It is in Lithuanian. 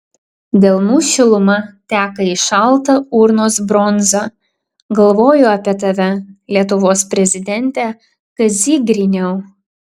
delnų šiluma teka į šaltą urnos bronzą galvoju apie tave lietuvos prezidente kazy griniau